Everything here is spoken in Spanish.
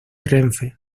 renfe